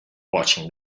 watching